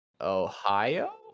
Ohio